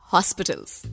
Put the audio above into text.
Hospitals